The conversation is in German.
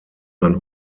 sein